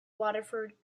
waterford